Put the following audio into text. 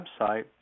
website